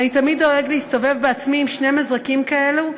אני תמיד דואג להסתובב בעצמי עם שני מזרקים כאלה.